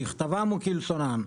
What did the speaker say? ככתבן וכלשונן.